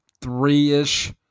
three-ish